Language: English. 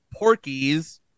porkies